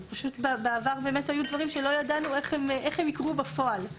בעבר היו פשוט דברים שלא ידענו איך הם יקרו בפועל,